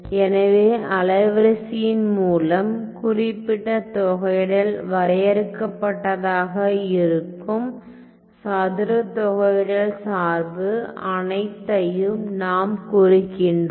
எனவே அலைவரிசையின் மூலம் குறிப்பிட்ட தொகையிடல் வரையறுக்கப்பட்டதாக இருக்கும் சதுர தொகையிடல் சார்பு அனைத்தையும் நாம் குறிக்கின்றோம்